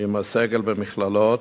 ועם הסגל במכללות,